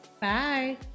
Bye